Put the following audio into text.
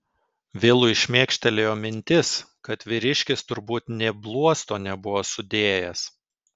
vilui šmėkštelėjo mintis kad vyriškis turbūt nė bluosto nebuvo sudėjęs